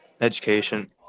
education